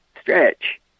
stretch